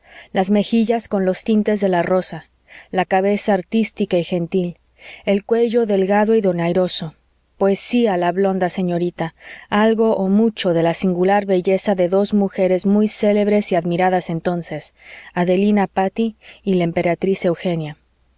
las mejillas con los tintes de la rosa la cabeza artística y gentil el cuello delgado y donairoso poseía la blonda señorita algo o mucho de la singular belleza de dos mujeres muy célebres y admiradas entonces adelina patti y la emperatriz eugenia